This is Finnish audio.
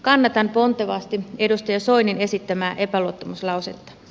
kannatan pontevasti edustaja soinin esittämää epäluottamuslausetta